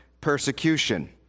persecution